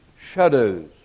shadows